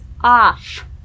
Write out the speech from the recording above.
off